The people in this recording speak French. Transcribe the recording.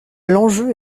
l’enjeu